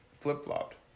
flip-flopped